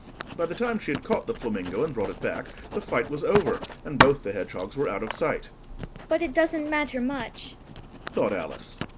by the time she had caught the flamingo and brought it back, the fight was over, and both the hedgehogs were out of sight but it doesn't matter much thought alice,